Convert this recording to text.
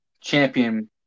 Champion